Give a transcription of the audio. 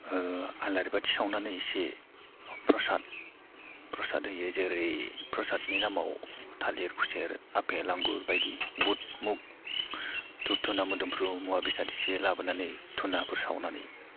आलारि बाथि सावनानै इसे प्रसाद प्रसाद होयो जेरै प्रसादनि नामाव थालिर खुसेर आफेल आंगुर बायदि बुथ मुग धुप धुना मोदोमफ्रु मुवा बेसाद एसे लाबोनानै धुनाफोर सावनानै